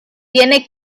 tiene